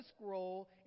scroll